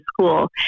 school